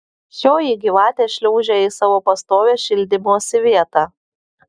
šioji gyvatė šliaužė į savo pastovią šildymosi vietą